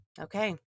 okay